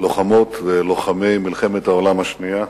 לוחמות ולוחמי מלחמת העולם השנייה,